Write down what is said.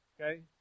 Okay